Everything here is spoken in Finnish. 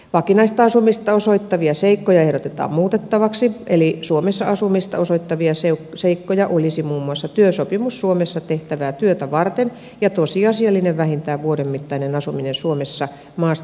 vakinaista asumista osoittavia seikkoja ehdotetaan muutettavaksi eli suomessa asumista osoittavia seikkoja olisivat muun muassa työsopimus suomessa tehtävää työtä varten ja tosiasiallinen vähintään vuoden mittainen asuminen suomessa maahanmuuton jälkeen